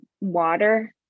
water